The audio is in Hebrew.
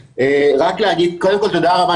רק להגיד קודם כל תודה רבה,